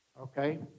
okay